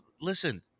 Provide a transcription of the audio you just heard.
listen